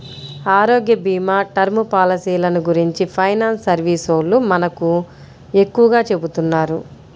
ఆరోగ్యభీమా, టర్మ్ పాలసీలను గురించి ఫైనాన్స్ సర్వీసోల్లు మనకు ఎక్కువగా చెబుతున్నారు